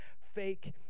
fake